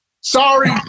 Sorry